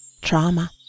trauma